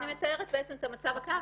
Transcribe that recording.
אני מתארת את המצב הקיים,